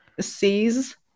sees